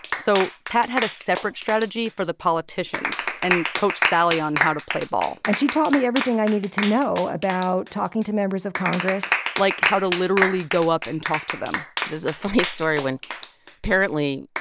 so pat had a separate strategy for the politicians and coached sally on how to play ball and she taught me everything i needed to know about talking to members of congress like, how to literally go up and talk to them there's a funny story when apparently,